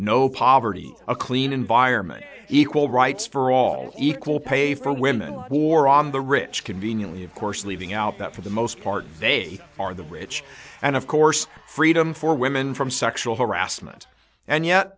no poverty a clean environment equal rights for all equal pay for women who are on the rich conveniently of course leaving out that for the most part they are the rich and of course freedom for women from sexual harassment and yet